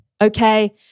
okay